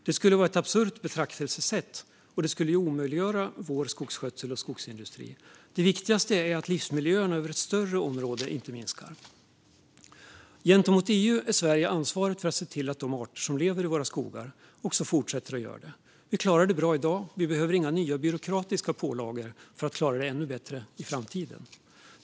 Detta skulle vara ett absurt betraktelsesätt och omöjliggöra vår skogsskötsel och skogsindustri. Det viktigaste är att livsmiljöerna över ett större område inte minskar. Gentemot EU är Sverige ansvarigt för att se till att de arter som lever i våra skogar också fortsätter att göra det. Vi klarar det bra i dag, och vi behöver inga nya byråkratiska pålagor för att klara det ännu bättre i framtiden.